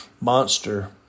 monster